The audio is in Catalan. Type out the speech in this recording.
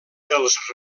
els